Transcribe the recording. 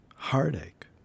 Heartache